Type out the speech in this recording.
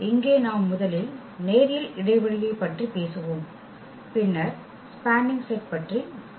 இங்கே நாம் முதலில் நேரியல் இடைவெளியைப் பற்றி பேசுவோம் பின்னர் ஸ்பேனிங் செட் பற்றி பேசுவோம்